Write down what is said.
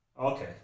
Okay